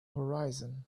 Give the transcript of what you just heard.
horizon